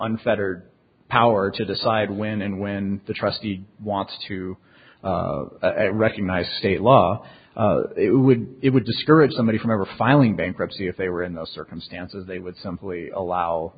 unfettered power to decide when and when the trustee wants to recognize state law it would it would discourage somebody from ever filing bankruptcy if they were in those circumstances they would simply allow